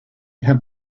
had